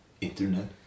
internet